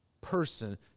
person